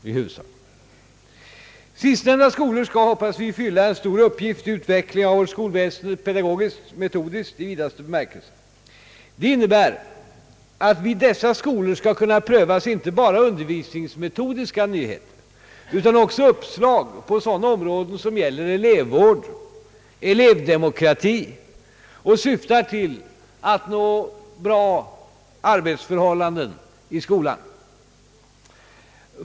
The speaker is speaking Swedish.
Skolorna för försöksoch demonstrationsverksamhet skall, hoppas vi, fylla en stor uppgift vid utvecklingen av vårt skolväsende, pedagogiskt och metodiskt i vidaste bemärkelse. Det innebär att vid dessa skolor skall kunna prövas inte bara undervisningsmetodiska nyheter, utan också uppslag inom sådana områden som gäller elevvård och elevdemokrati och som syftar till att nå bra arbetsförhållanden i skolan.